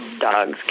dogs